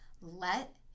Let